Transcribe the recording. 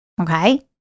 Okay